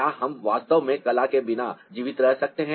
क्या हम वास्तव में कला के बिना जीवित रह सकते हैं